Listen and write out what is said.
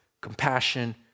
compassion